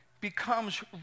becomes